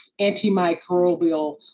antimicrobial